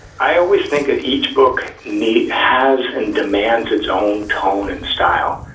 i always think of each book nate has and demands its own tone and style.